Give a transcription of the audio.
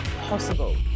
possible